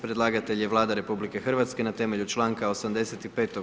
Predlagatelj je Vlada RH, na temelju članka 85.